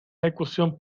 ejecución